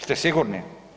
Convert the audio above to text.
Ste sigurni?